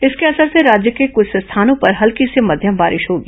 इसके असर से राज्य के कुछ स्थानों पर हल्की से मध्यम बारिश होगी